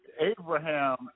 Abraham